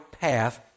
path